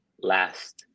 last